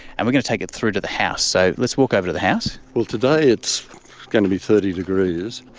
and we are going to take it through to the house. so let's walk over to the house. well, today it's going to be thirty degrees.